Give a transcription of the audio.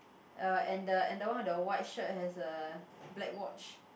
uh and the and the one with the white shirt has a black watch